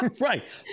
Right